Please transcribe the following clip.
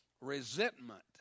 resentment